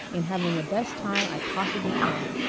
in having the best time i possibly can.